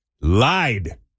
Lied